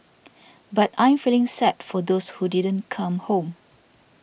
but I am feeling sad for those who didn't come home